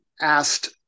asked